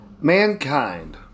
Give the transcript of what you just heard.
Mankind